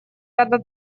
рада